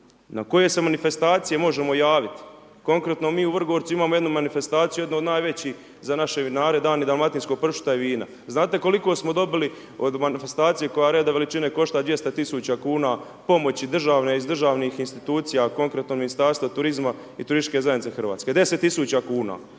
Na koje se manifestacije možemo javit? Konkretno mi u Vrgorcu imamo jednu manifestaciju, jednu od najvećih za naše vinare, dani dalmatinskog pršuta i vina. Znate koliko smo dobili od manifestacija koja reda veličine košta 200 000 kuna pomoći iz državnih institucija, konkretno Ministarstva turizma i Turističke zajednice Hrvatske? 10 000 kuna.